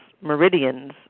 meridians